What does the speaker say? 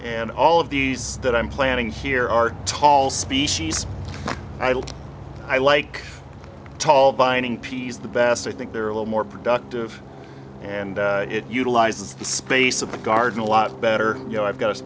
and all of these that i'm planning here are tall species i like tall vining peas the best i think they're a little more productive and it utilizes the space of the garden a lot better you know i've got a